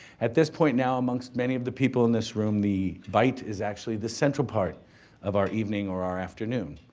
at this point now amongst many of the people in this room, the bite is actually the central part of our evening or our afternoon.